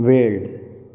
वेळ